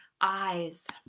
eyes